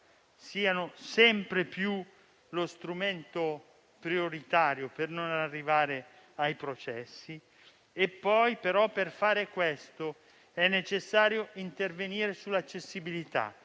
siano sempre più lo strumento prioritario per non arrivare ai processi. Per far questo è però necessario intervenire sull'accessibilità